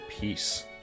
peace